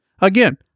Again